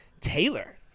Taylor